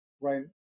right